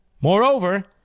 Moreover